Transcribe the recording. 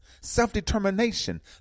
self-determination